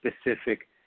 specific